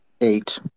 eight